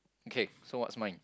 okay so what's mine